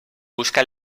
busca